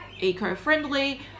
eco-friendly